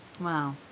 Wow